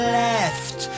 left